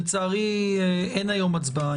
לצערי אין היום הצבעה.